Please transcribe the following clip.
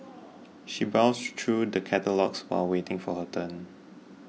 she browsed through the catalogues while waiting for her turn